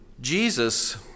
Jesus